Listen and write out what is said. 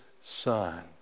Son